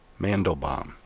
Mandelbaum